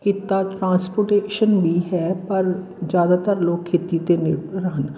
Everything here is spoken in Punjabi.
ਕਿੱਤਾ ਟਰਾਂਸਪੋਰਟੇਸ਼ਨ ਵੀ ਹੈ ਪਰ ਜ਼ਿਆਦਾਤਰ ਲੋਕ ਖੇਤੀ 'ਤੇ ਨਿਰਭਰ ਹਨ